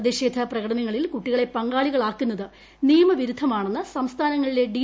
പ്രതിഷേധപ്രകടനങ്ങളിൽ കുട്ടികള്ള് പങ്കാളികളാക്കുന്നത് നിയമവിരുദ്ധമാണെന്ന് സംസ്ഥാനങ്ങളിലെ ഡി